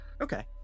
Okay